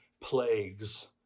plagues